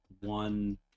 one